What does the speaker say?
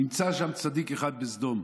נמצא שם צדיק אחד בסדום.